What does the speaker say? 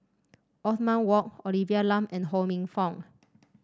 Othman Wok Olivia Lum and Ho Minfong